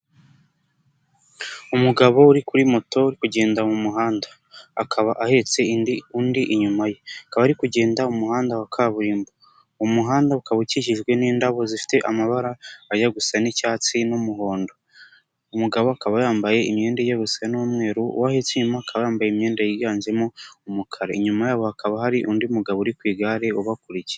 Umugabo uri kuri moto uri kugenda mu muhanda akaba ahetse indi undi inyuma ye, akaba ari kugenda umuhanda wa kaburimbo, umuhanda ukaba ukikijwe n'indabo zifite amabara ajya gusa n'icyatsi n'umuhondo, umugabo akaba yambaye imyenda ijya gusa n'umweru uwo ahetse inyuma akaba yambaye imyenda yiganjemo umukara inyuma yabo hakaba hari undi mugabo uri ku igare ubakurikiye.